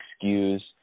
excuse